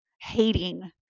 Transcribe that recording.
hating